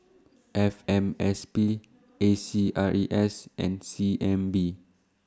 F M S P A C R E S and C N B